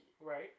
Right